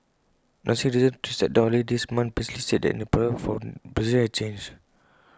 announcing her decision to step down earlier this month Mister lee said then that the atmosphere for politicians had changed